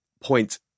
point